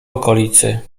okolicy